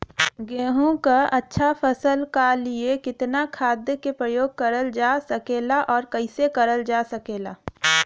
गेहूँक अच्छा फसल क लिए कितना खाद के प्रयोग करल जा सकेला और कैसे करल जा सकेला?